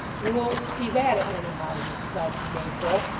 you won't see that at many houses, besides the maypole,